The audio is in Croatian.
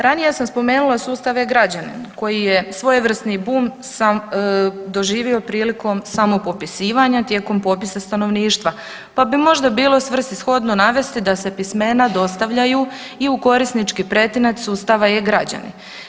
Ranije sam spomenula sustav e-građanin koji je svojevrsni bum sam doživio prilikom samog popisivanja tijekom popisa stanovništva, pa bi možda bilo svrsishodno navesti da se pismena dostavljaju i u korisnički pretinac sustava e-građanin.